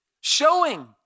showing